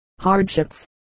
hardships